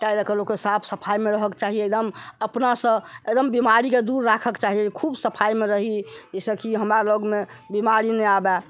ताहि लए कऽ लोकके साफ सफाइमे रहयके चाही एकदम अपनासँ एकदम बिमारीके दूर राखयके चाही खूब सफाइमे रही जाहिसँ कि हमरा लगमे बीमारी नहि आबय